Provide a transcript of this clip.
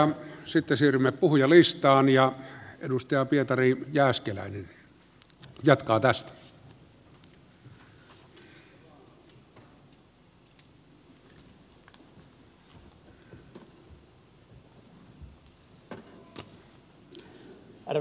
sitten siirrymme puhujalistaan ja edustaja pietari jääskeläinen jatkaa tästä